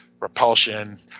Repulsion